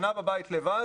שנה בבית לבד.